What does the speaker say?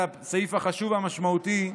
זה הסעיף החשוב והמשמעותי,